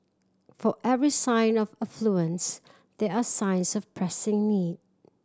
for every sign of affluence there are signs of pressing need